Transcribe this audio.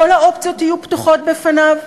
כל האופציות יהיו פתוחות בפניו,